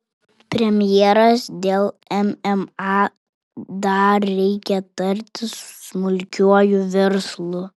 premjeras dėl mma dar reikia tartis su smulkiuoju verslu